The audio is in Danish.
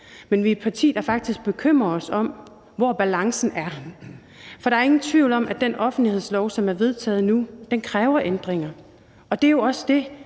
Men vi er et parti, der faktisk bekymrer os om, hvor balancen er, for der er ingen tvivl om, at den offentlighedslov, som er vedtaget nu, kræver ændringer, og det er jo også det,